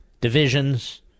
divisions